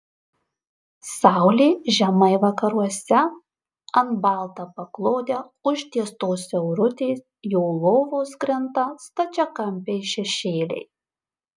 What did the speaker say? saulė žemai vakaruose ant balta paklode užtiestos siaurutės jo lovos krinta stačiakampiai šešėliai